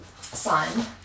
sun